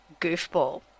goofball